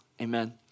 Amen